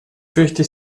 fürchte